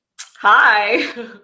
Hi